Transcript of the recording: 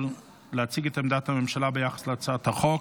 להציג את עמדת הממשלה ביחס להצעת החוק.